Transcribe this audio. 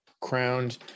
crowned